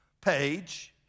page